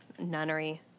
Nunnery